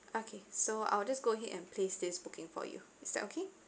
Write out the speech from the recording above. okay so I will just go ahead and place this booking for you is that okay